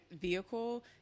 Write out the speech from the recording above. vehicle